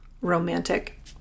romantic